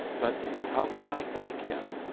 but how can i thank him?